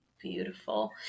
beautiful